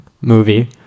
movie